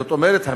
זאת אומרת,